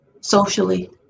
socially